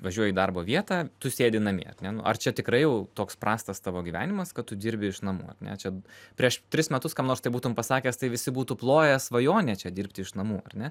važiuoji į darbo vietą tu sėdi namie ar ne ar čia tikrai jau toks prastas tavo gyvenimas kad tu dirbi iš namų ar ne čia prieš tris metus kam nors taip būtum pasakęs tai visi būtų ploję svajonė čia dirbti iš namų ar ne